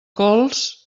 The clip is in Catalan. cols